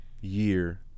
year